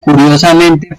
curiosamente